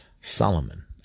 Solomon